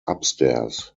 upstairs